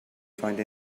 find